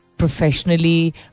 Professionally